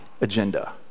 agenda